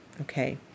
okay